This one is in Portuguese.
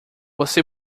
você